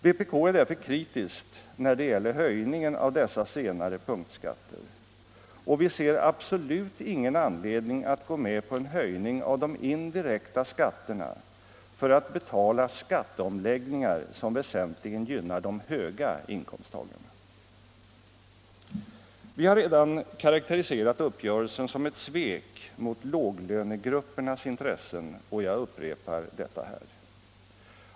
Vpk är därför kritiskt när det gäller höjningen av dessa senare punktskatter, och vi ser absolut ingen anledning att gå med på en höjning av de indirekta skatterna för att betala skatteomläggningar som väsentligen gynnar de höga inkomsttagarna. Vi har redan karakteriserat uppgörelsen som ett svek mot låglönegruppernas intressen, och jag upprepar. detta här.